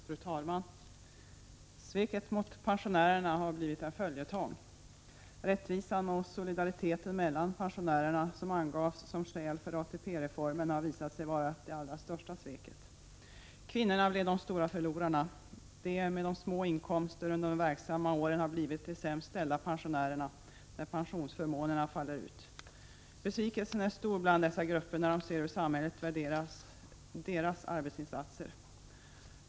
Fru talman! Sveket mot pensionärerna har blivit en följetong. Rättvisan och solidariteten mellan pensionärerna som angavs som skäl för ATP reformen har visat sig vara det allra största sveket. Kvinnorna blev de stora förlorarna. De med små inkomster under de verksamma åren har förblivit de sämst ställda pensionärerna när pensionsförmånerna faller ut. Besvikelsen bland dessa grupper är stor när de ser hur samhället värderar deras arbetsinsatser.